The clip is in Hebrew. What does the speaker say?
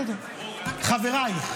בסדר, חברייך